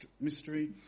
mystery